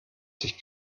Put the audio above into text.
sich